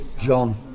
John